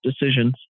decisions